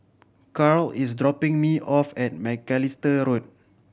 Carl is dropping me off at Macalister Road